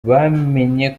bamenye